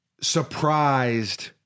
surprised